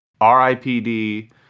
RIPD